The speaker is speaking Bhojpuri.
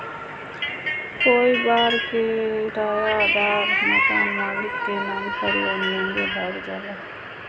कई बार किरायदार मकान मालिक के नाम पे लोन लेके भाग जाला